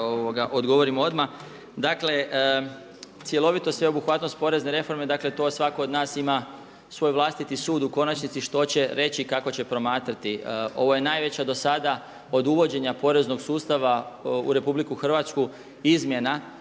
ipak odgovorim odmah. Dakle, cjelovito sveobuhvatnost porezne reforme, dakle to svako od nas ima svoj vlastiti sud u konačnici što će reći, kako će promatrati. Ovo je najveća dosada od uvođenja poreznog sustava u RH izmjena